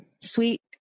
sweet